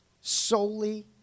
Solely